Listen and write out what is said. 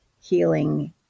healing